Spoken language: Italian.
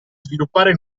sviluppare